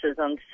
on